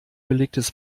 belegtes